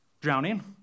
drowning